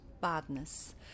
badness